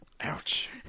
Ouch